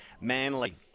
Manly